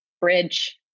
bridge